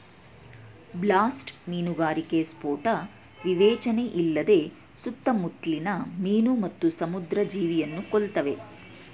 blast ಮೀನುಗಾರಿಕೆ ಸ್ಫೋಟ ವಿವೇಚನೆಯಿಲ್ಲದೆ ಸುತ್ತಮುತ್ಲಿನ ಮೀನು ಮತ್ತು ಸಮುದ್ರ ಜೀವಿಯನ್ನು ಕೊಲ್ತವೆ